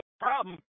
problem